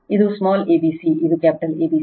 ಇದು small abc ಇದು capital A B C